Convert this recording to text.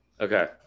Okay